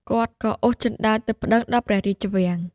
គាត់ក៏អូសជណ្ដើរទៅប្ដឹងដល់ព្រះរាជវាំង។